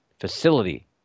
facility